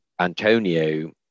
Antonio